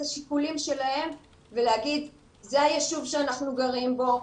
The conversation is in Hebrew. השיקולים שלהם ולהגיד: זה היישוב שאנחנו גרים בו,